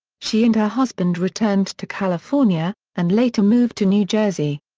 she and her husband returned to california, and later moved to new jersey.